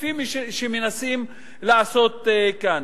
כפי שמנסים לעשות כאן.